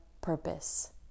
purpose